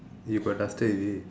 you got duster is it